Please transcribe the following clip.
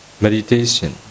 meditation